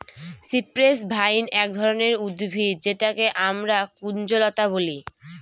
cypress vine এক ধরনের উদ্ভিদ যেটাকে আমরা কুঞ্জলতা বলি